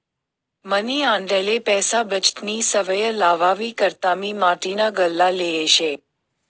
मनी आंडेरले पैसा बचतनी सवय लावावी करता मी माटीना गल्ला लेयेल शे